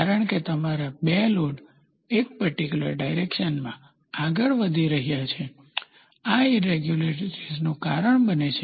કારણ કે તમારા 2 લોડ્સ એક પર્ટીક્યુલર ડાયરેકશનમાં આગળ વધ્યાં છે આ ઈરેગ્યુલારીટીઝ નું કારણ બને છે